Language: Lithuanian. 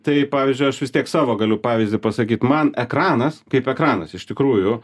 tai pavyzdžiui aš vis tiek savo galiu pavyzdį pasakyt man ekranas kaip ekranas iš tikrųjų